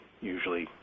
usually